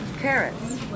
carrots